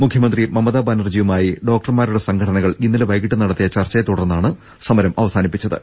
മുഖ്യമന്ത്രി മമതാ ബാനർജിയുമായി ഡോക്ടർമാരുടെ സംഘടനകൾ ഇന്നലെ വൈകീട്ട് നടത്തിയ ചർച്ചയെ തുടർന്നാണ് സമരം അവസാനിപ്പിച്ചത്